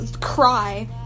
cry